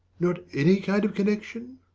not any kind of connection?